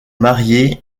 mariée